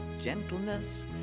Gentleness